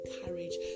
courage